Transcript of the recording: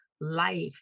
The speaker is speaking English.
life